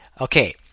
okay